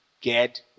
Get